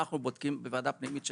אנחנו בודקים בוועדה פנימית שלנו,